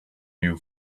new